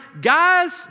Guys